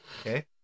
Okay